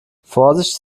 vorsicht